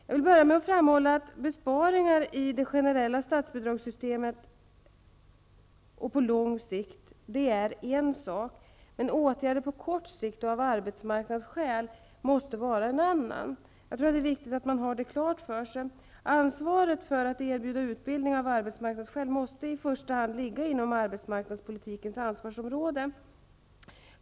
Jag vill börja med att framhålla att besparingar i det generlla stasbidragssystemet och på lång sikt är en sak, men åtgärder på kort sikt och av arbetsmarknadsskäl måste vara en annan. Jag tror att det är viktigt att man har det klart för sig. Ansvaret för att erbjuda utbildning av arbetsmarknadsskäl måste i första hand ligga inom arbetsmarknadspolitikens ansvarsområde.